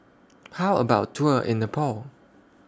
How about A Tour in Nepal